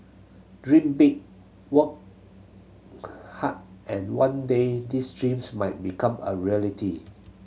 dream big work hard and one day these dreams might become a reality